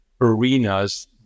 arenas